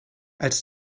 als